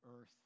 earth